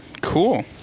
Cool